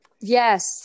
Yes